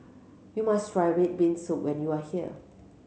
you must try red bean soup when you are here